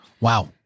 Wow